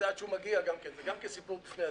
שעד שהוא מגיע זה גם כן סיפור בפני עצמו.